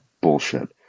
bullshit